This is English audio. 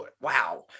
wow